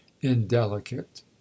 indelicate